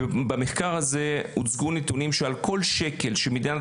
במחקר הזה הוצגו נתונים שעל כל שקל שמדינת